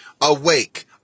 awake